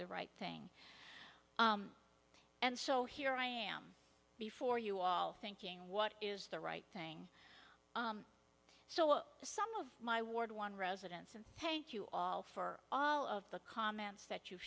the right thing and so here i am before you all thinking what is the right thing so some of my ward one residents and thank you all for all of the comments that you